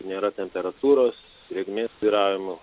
nėra temperatūros drėgmės svyravimų